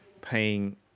paying